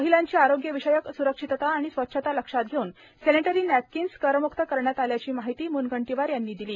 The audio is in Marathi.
महिलांची आरोग्य विषयक सुरक्षितता आणि स्वच्छता लक्षात घेऊन सॅनेटरी नॅपकिन्स करम्क्त करण्यात आल्याची माहिती म्नगंटीवार यांनी दिली